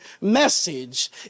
message